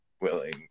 willing